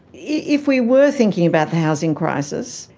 yeah if we were thinking about the housing crisis,